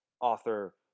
author